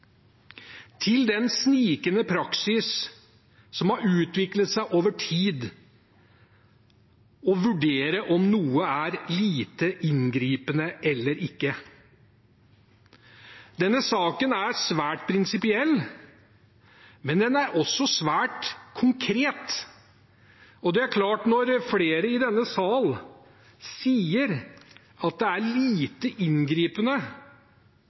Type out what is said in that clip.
til den snikende praksis som har utviklet seg over tid når det gjelder å vurdere om noe er «lite inngripende» eller ikke. Denne saken er svært prinsipiell, men den er også svært konkret. Når flere i denne sal sier at det er «lite inngripende»